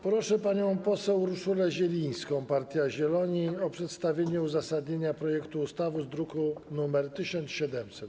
Proszę panią poseł Urszulę Zielińską, Partia Zieloni, o przedstawienie uzasadnienia projektu ustawy z druku nr 1700.